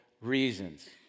reasons